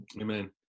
Amen